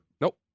Nope